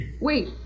Wait